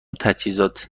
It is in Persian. تجهیزات